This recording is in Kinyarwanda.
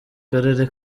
karere